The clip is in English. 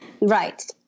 right